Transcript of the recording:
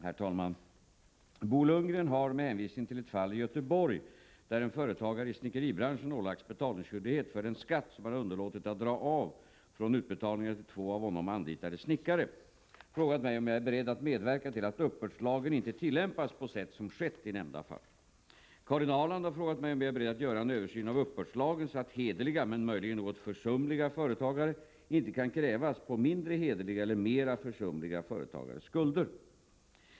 Herr talman! Bo Lundgren har — med hänvisning till ett fall i Göteborg där en företagare i snickeribranschen ålagts betalningsskyldighet för den skatt som han underlåtit att dra av från utbetalningar till två av honom anlitade snickare — frågat mig om jag är beredd att medverka till att uppbördslagen inte tillämpas på sätt som skett i nämnda fall. Karin Ahrland har frågat mig om jag är beredd att göra en översyn av uppbördslagen så att hederliga men möjligen något försumliga företagare inte kan krävas på mindre hederliga eller mera försumliga företagares skulder.